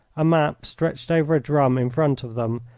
a map stretched over a drum in front of them,